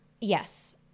Yes